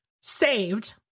saved